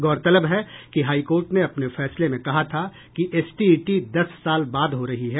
गौरतलब है कि हाई कोर्ट ने अपने फैसले में कहा था कि एसटीईटी दस साल बाद हो रही है